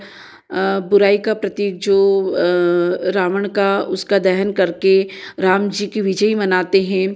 बुराई का प्रतीक जो रावण का उसका दहन कर के राम जी की विजय मनाते हैं